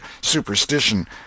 superstition